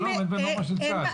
הן לא עומדות בנורמות של צה"ל.